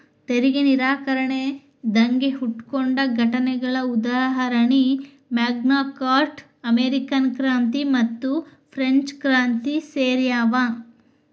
ತೆರಿಗೆ ನಿರಾಕರಣೆ ದಂಗೆ ಹುಟ್ಕೊಂಡ ಘಟನೆಗಳ ಉದಾಹರಣಿ ಮ್ಯಾಗ್ನಾ ಕಾರ್ಟಾ ಅಮೇರಿಕನ್ ಕ್ರಾಂತಿ ಮತ್ತುಫ್ರೆಂಚ್ ಕ್ರಾಂತಿ ಸೇರ್ಯಾವ